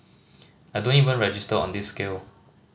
I don't even register on this scale